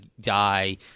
die